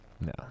No